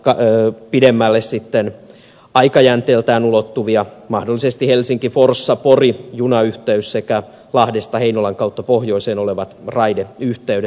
ne ovat sitten pidemmälle aikajänteeltään ulottuvia mahdollisesti helsinkiforssapori junayhteys sekä lahdesta heinolan kautta pohjoiseen olevat raideyhteydet